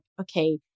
okay